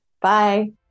Bye